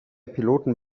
piloten